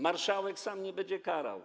Marszałek sam nie będzie karał.